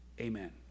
amen